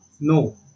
No